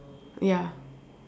ya